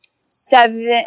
Seven